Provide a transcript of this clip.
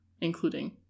including